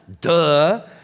Duh